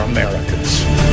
Americans